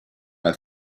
have